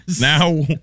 Now